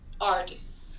artists